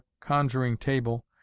conjuring-table